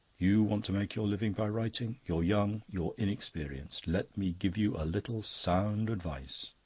you want to make your living by writing you're young, you're inexperienced. let me give you a little sound advice.